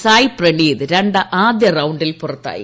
സായ് പ്രണീത് ആദ്യ റൌണ്ടിൽ പുറത്തായി